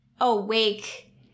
awake